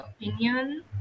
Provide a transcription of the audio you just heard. opinion